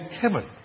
heaven